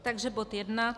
Takže bod jedna: